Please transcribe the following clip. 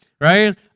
right